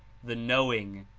the knowing,